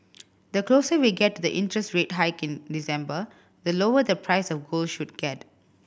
the closer we get to the interest rate hike in December the lower the price of gold should get